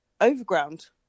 overground